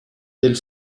del